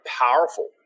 powerful